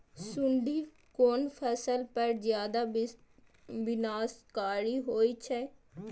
सुंडी कोन फसल पर ज्यादा विनाशकारी होई छै?